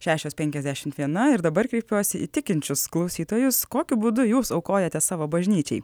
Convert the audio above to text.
šešios penkiasdešimt viena ir dabar kreipiuosi į tikinčius klausytojus kokiu būdu jūs aukojate savo bažnyčiai